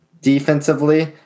Defensively